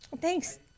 thanks